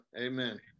Amen